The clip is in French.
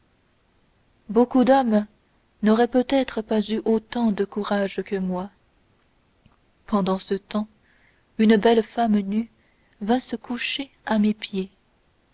beaucoup d'hommes n'auraient peut-être pas eu autant de courage que moi pendant ce temps une belle femme nue vint se coucher à mes pieds